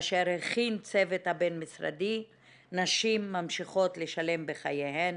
אשר הכין הצוות הבין משרדי נשים ממשיכות לשלם בחייהן